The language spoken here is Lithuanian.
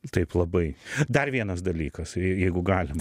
taip labai dar vienas dalykas jeigu galima